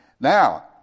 Now